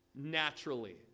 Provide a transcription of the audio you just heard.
naturally